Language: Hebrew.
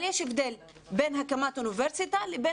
אבל יש הבדל בין הקמת אוניברסיטה לבין